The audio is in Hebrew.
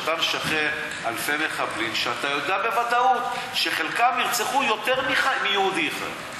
אתה משחרר אלפי מחבלים שאתה יודע בוודאות שחלקם ירצחו יותר מיהודי אחד.